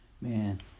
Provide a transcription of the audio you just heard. Man